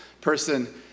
person